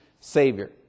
Savior